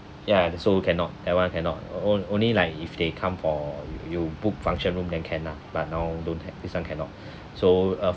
ya so cannot that one cannot on~ only like if they come for you you book function room that can lah but now don't have this one cannot so uh